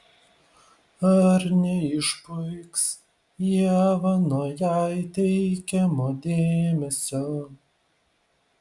ar neišpuiks ieva nuo jai teikiamo dėmesio